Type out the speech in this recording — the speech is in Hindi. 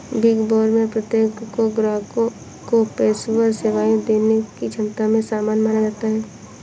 बिग फोर में प्रत्येक को ग्राहकों को पेशेवर सेवाएं देने की क्षमता में समान माना जाता है